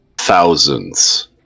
thousands